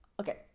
Okay